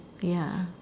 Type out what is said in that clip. ya